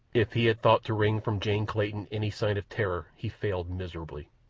if he had thought to wring from jane clayton any sign of terror he failed miserably.